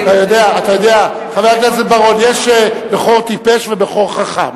אתה יודע שיש בכור טיפש ובכור חכם.